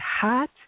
hot